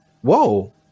Whoa